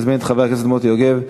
אני מזמין את חבר הכנסת מוטי יוגב,